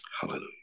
Hallelujah